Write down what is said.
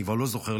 אני כבר לא זוכר,